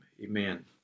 amen